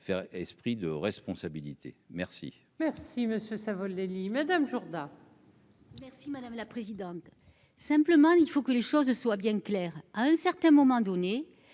faire esprit de responsabilité merci. Merci monsieur Savoldelli Madame Jourda. Merci madame la présidente, simplement il faut que les choses soient bien claires à un certain moment donné